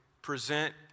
Present